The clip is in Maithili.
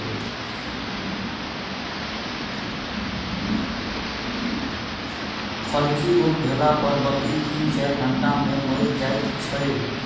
फड़की रोग भेला पर बकरी तीन चाइर घंटा मे मरि जाइत छै